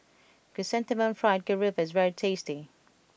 Chrysanthemum Fried Garoupa is very tasty